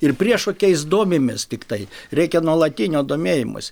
ir priešokiais domimės tiktai reikia nuolatinio domėjimosi